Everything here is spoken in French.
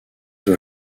doit